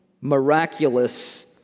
miraculous